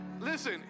Listen